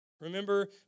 Remember